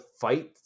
fight